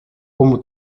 como